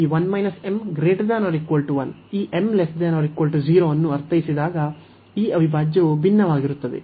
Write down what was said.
ಈ 1 m≥1 ಈ m≤0 ಅನ್ನು ಅರ್ಥೈಸಿದಾಗ ಈ ಅವಿಭಾಜ್ಯವು ಭಿನ್ನವಾಗಿರುತ್ತದೆ